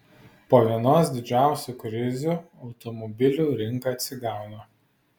po vienos didžiausių krizių automobilių rinka atsigauna